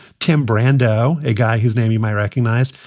tim brando, a guy whose name you may recognize,